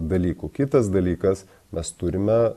dalykų kitas dalykas mes turime